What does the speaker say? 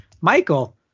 Michael